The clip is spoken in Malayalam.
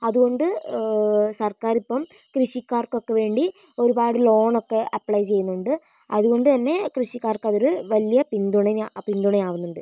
അതുകൊണ്ട് സർക്കാരിപ്പം കൃഷിക്കാർക്കൊക്കെ വേണ്ടി ഒരുപാട് ലോണൊക്കെ അപ്ലൈ ചെയ്യുന്നുണ്ട് അതുകൊണ്ടതന്നെ കൃഷിക്കാർക്കതൊരു വലിയ പിന്തുണ പിന്തുണയാവുന്നുണ്ട്